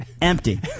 empty